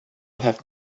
have